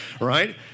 right